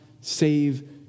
save